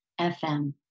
FM